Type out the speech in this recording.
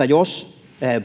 jos